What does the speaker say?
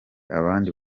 abandi